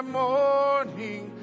morning